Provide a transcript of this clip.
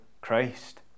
Christ